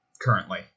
currently